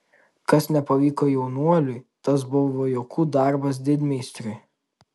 kas nepavyko jaunuoliui tas buvo juokų darbas didmeistriui